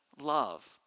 love